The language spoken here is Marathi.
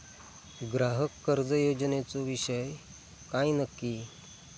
ग्राहक कर्ज योजनेचो विषय काय नक्की?